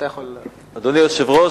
אדוני היושב-ראש,